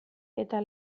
eta